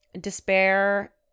Despair